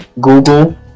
Google